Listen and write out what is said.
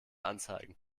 anzeigen